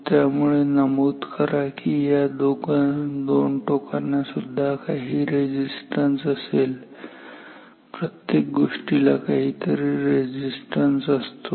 त्यामुळे नमूद करा कि या दोन टोकांना सुद्धा काही रेझिस्टन्स असेल प्रत्येक गोष्टीला काहीतरी रेझिस्टन्स असतो